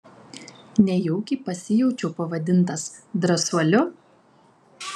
nejaukiai pasijaučiau pavadintas drąsuoliu